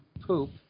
poop